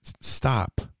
stop